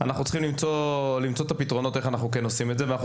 אנחנו צריכים למצוא את הפתרונות איך אנחנו כן עושים את זה ואנחנו